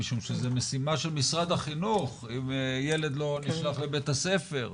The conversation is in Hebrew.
משום שזו משימה של משרד החינוך אם ילד לא נשלח לבית הספר.